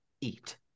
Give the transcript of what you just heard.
eat